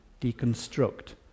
deconstruct